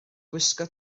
gwisgo